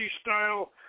style